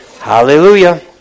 Hallelujah